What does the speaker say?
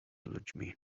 ludźmi